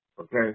okay